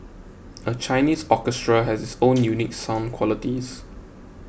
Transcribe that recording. a Chinese orchestra has its own unique sound qualities